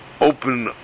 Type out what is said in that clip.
open